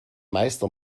meister